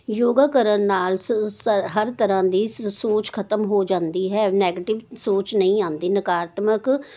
ਯੋਗਾ ਕਰਨ ਨਾਲ ਸ ਸ ਹਰ ਤਰ੍ਹਾਂ ਦੀ ਸ ਸੋਚ ਖਤਮ ਹੋ ਜਾਂਦੀ ਹੈ ਨੈਗਟਿਵ ਸੋਚ ਨਹੀਂ ਆਉਂਦੀ ਨਕਾਰਾਤਮਕ